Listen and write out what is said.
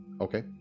okay